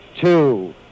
two